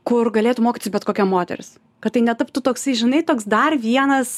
kur galėtų mokytis bet kokia moters kad tai netaptų toksai žinai toks dar vienas